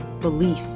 Belief